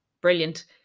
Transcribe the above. brilliant